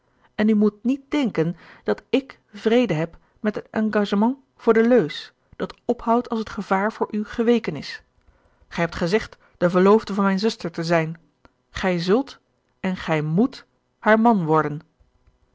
en u moet niet denken dat ik vrede heb met een engagement voor de leus dat ophoudt als het gevaar voor u geweken is gij hebt gezegd gerard keller het testament van mevrouw de tonnette de verloofde van mijne zuster te zijn gij zult en gij moet haar man worden